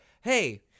Hey